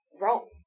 wrong